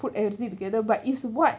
put everything together but it's what